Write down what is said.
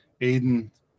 Aiden